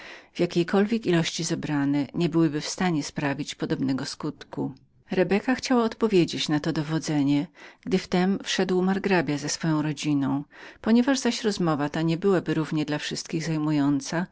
w jakiejkolwiek ilości zebrane nie byłyby w stanie sprawienia podobnego skutku rebeka chciała odpowiedzieć na to dowodzenie gdy wtem wszedł margrabia z swoją rodziną ponieważ zaś rozmowa ta nie byłaby równie dla wszystkimi zajmującą